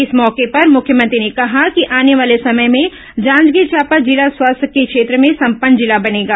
इस मौके पर मुख्यमंत्री ने कहा कि आने वाले समय में जांजगीर चांपा जिला स्वास्थ्य के क्षेत्र में संपन्न जिला बनेगा